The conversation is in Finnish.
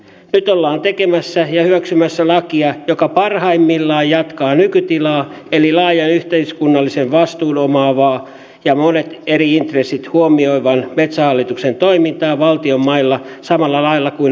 nyt ollaan tekemässä ja hyväksymässä lakia joka parhaimmillaan jatkaa nykytilaa eli laajan yhteiskunnallisen vastuun omaavan ja monet eri intressit huomioivan metsähallituksen toimintaa valtion mailla samalla lailla kuin aikaisemmin